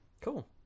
Cool